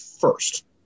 first